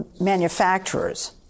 manufacturers